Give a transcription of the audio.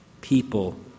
people